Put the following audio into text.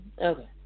Okay